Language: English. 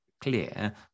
clear